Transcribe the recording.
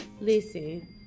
listen